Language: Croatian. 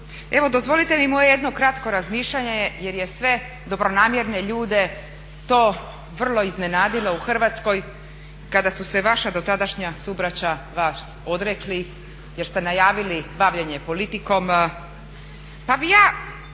Evo dozvolite mi moje jedno kratko razmišljanje jer je sve dobronamjerne ljude to vrlo iznenadilo u Hrvatskoj kada su se vaša dotadašnja subraća vas odrekli jer ste najavili bavljenje politikom. Pa bih ja